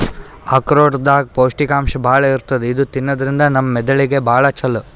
ಆಕ್ರೋಟ್ ದಾಗ್ ಪೌಷ್ಟಿಕಾಂಶ್ ಭಾಳ್ ಇರ್ತದ್ ಇದು ತಿನ್ನದ್ರಿನ್ದ ನಮ್ ಮೆದಳಿಗ್ ಭಾಳ್ ಛಲೋ